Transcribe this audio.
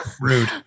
Rude